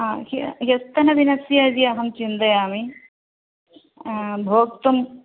हा ह्यः ह्यस्तनदिनस्य यदि अहं चिन्तयामि भोक्तुम्